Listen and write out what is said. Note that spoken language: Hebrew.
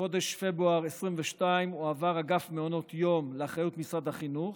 בחודש פברואר 2022 הועבר אגף מעונות יום לאחריות משרד החינוך,